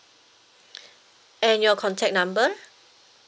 and your contact number